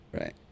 Right